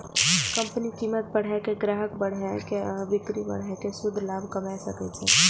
company कीमत बढ़ा के, ग्राहक बढ़ा के आ बिक्री बढ़ा कें शुद्ध लाभ कमा सकै छै